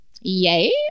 yay